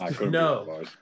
No